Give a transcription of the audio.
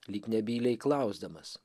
lyg nebyliai klausdamas